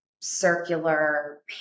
circular